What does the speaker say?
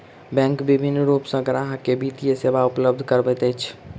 bank विभिन्न रूप सॅ ग्राहक के वित्तीय सेवा उपलब्ध करबैत अछि